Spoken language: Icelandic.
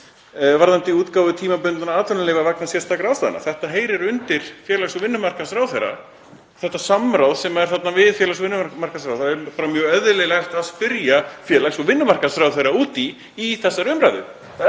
varðandi útgáfu tímabundinna atvinnuleyfa vegna sérstakra ástæðna.“ Þetta heyrir undir félags- og vinnumarkaðsráðherra og þarna er samráð við félags- vinnumarkaðsráðherra. Það er bara mjög eðlilegt að spyrja félags- og vinnumarkaðsráðherra um í þessari umræðu.